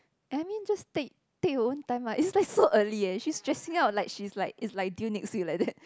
I mean just take take your own time lah it's like so early eh she's stressing out like she's like it's like due next week like that